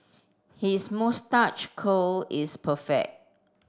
his moustache curl is perfect